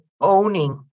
owning